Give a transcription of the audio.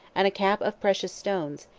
and a cap of precious stones,